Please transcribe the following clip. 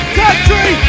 country